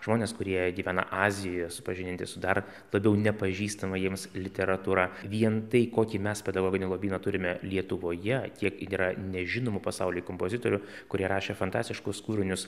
žmones kurie gyvena azijoje supažindinti su dar labiau nepažįstama jiems literatūra vien tai kokį mes pedagoginį lobyną turime lietuvoje kiek yra nežinomų pasauliui kompozitorių kurie rašė fantastiškus kūrinius